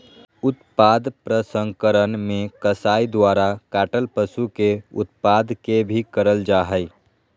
उत्पाद प्रसंस्करण मे कसाई द्वारा काटल पशु के उत्पाद के भी करल जा हई